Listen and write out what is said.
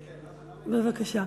בבקשה.